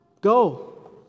go